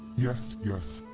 yes, yes.